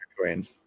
Queen